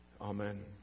Amen